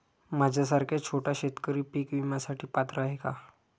माझ्यासारखा छोटा शेतकरी पीक विम्यासाठी पात्र आहे का?